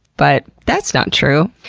but, that's not true.